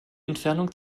entfernung